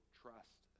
trust